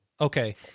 Okay